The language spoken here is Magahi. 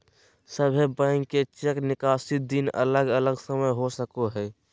सभे बैंक के चेक निकासी दिन अलग अलग समय हो सको हय